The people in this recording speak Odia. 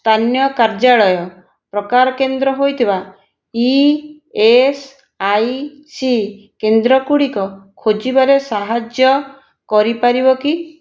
ସ୍ଥାନୀୟ କାର୍ଯ୍ୟାଳୟ ପ୍ରକାର କେନ୍ଦ୍ର ହୋଇଥିବା ଇ ଏସ୍ ଆଇ ସି କେନ୍ଦ୍ରଗୁଡ଼ିକ ଖୋଜିବାରେ ସାହାଯ୍ୟ କରିପାରିବ କି